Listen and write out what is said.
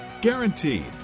Guaranteed